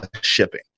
shipping